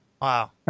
Wow